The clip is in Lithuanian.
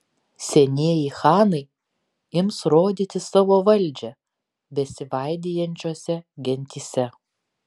senieji chanai ims rodyti savo valdžią besivaidijančiose gentyse